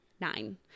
Nine